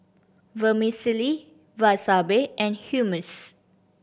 Vermicelli Wasabi and Hummus